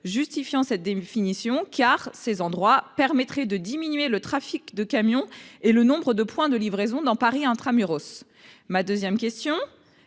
justifiant cette définition car ces endroits permettrait de diminuer le trafic de camions et le nombre de points de livraisons dans Paris intra-muros ma 2ème question